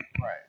Right